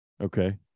Okay